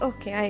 Okay